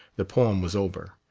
the poem was over,